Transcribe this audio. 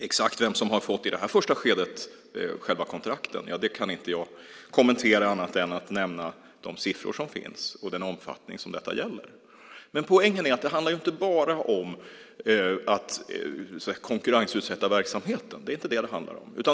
Exakt vem som i det här första skedet har fått själva kontrakten kan inte jag kommentera, annat än att nämna de siffror som finns och den omfattning som detta gäller. Poängen är att det inte bara handlar om att konkurrensutsätta verksamheten. Det är inte det som det handlar om.